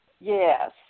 Yes